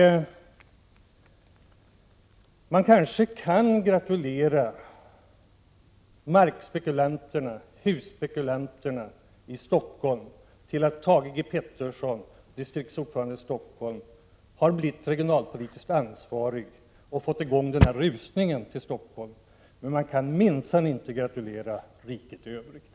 Man kanske kan gratulera markspekulanterna och husspekulanterna i Stockholm till att Thage G Peterson, distriktsordförande för socialdemokraterna i Stockholms län, har blivit regionalpolitiskt ansvarig i regeringen och har fått i gång denna rusning till Stockholm - men man kan minsann inte gratulera dem som bor i riket i övrigt!